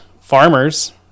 farmers